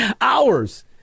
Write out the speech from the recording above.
hours